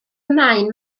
maen